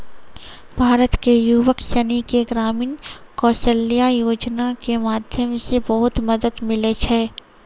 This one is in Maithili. भारत के युवक सनी के ग्रामीण कौशल्या योजना के माध्यम से बहुत मदद मिलै छै